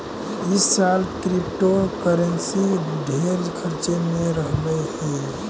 ई साल क्रिप्टोकरेंसी ढेर चर्चे में रहलई हे